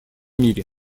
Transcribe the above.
мире